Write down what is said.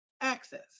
access